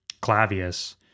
clavius